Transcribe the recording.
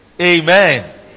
Amen